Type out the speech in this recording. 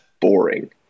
boring